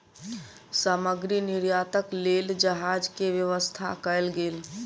सामग्री निर्यातक लेल जहाज के व्यवस्था कयल गेल